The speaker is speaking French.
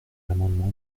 l’amendement